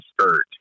skirt